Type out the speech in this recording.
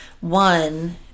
One